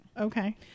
okay